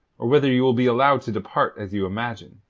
or whether you will be allowed to depart as you imagine.